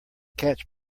catch